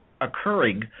occurring